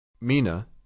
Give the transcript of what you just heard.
Mina